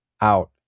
out